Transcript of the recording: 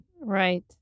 Right